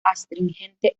astringente